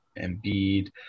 Embiid